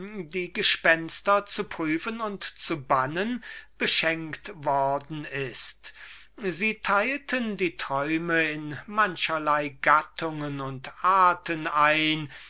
die gespenster zu prüfen und zu bannen beschenkt worden ist sie teilten die träume in mancherlei gattungen und arten ein